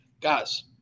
Guys